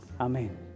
Amen